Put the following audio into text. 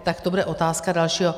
Tak to bude otázka dalšího...